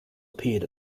appeared